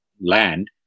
land